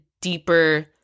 deeper